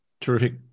terrific